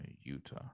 Utah